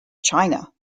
china